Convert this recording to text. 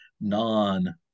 non